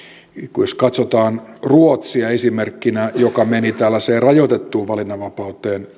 jos katsotaan ruotsia esimerkkinä joka meni tällaiseen rajoitettuun valinnanvapauteen